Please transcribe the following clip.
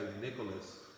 Nicholas